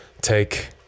take